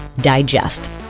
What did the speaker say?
digest